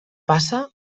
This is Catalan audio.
passa